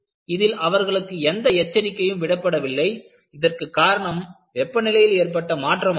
இதில் அவர்களுக்கு எந்த எச்சரிக்கையும் விடப்படவில்லை இதற்கு காரணம் வெப்பநிலையில் ஏற்பட்ட மாற்றம் ஆகும்